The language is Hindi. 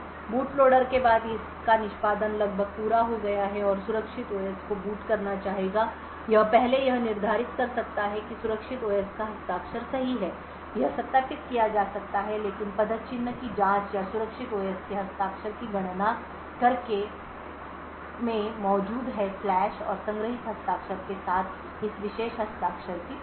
बूट लोडर के बाद इसका निष्पादन लगभग पूरा हो गया है और सुरक्षित ओएस को बूट करना चाहेगा यह पहले यह निर्धारित कर सकता है कि सुरक्षित ओएस का हस्ताक्षर सही है यह सत्यापित किया जा सकता है लेकिन पदचिह्न की जाँच या सुरक्षित ओएस के हस्ताक्षर की गणना करके में मौजूद है फ्लैश और संग्रहीत हस्ताक्षर के साथ इस विशेष हस्ताक्षर की पुष्टि